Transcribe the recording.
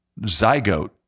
zygote